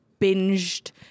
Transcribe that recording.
binged